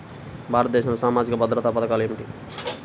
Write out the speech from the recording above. భారతదేశంలో సామాజిక భద్రతా పథకాలు ఏమిటీ?